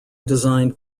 designed